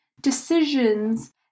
decisions